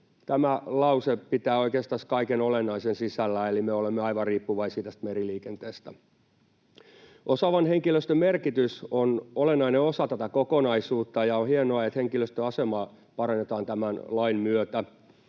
Tämä lause pitää oikeastaan kaiken olennaisen sisällään, eli me olemme aivan riippuvaisia tästä meriliikenteestä. Osaavan henkilöstön merkitys on olennainen osa tätä kokonaisuutta, ja on hienoa, että henkilöstön asemaa parannetaan tämän lain myötä.